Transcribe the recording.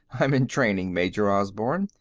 i'm in training, major osborne.